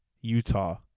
Utah